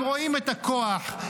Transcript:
הם רואים את הכוח,